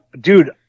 dude